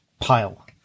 pile